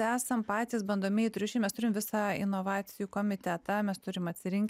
esam patys bandomieji triušiai mes turim visą inovacijų komitetą mes turim atsirinkt